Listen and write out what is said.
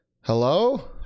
Hello